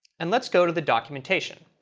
and let's go to the documentation.